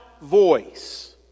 voice